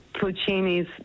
Puccini's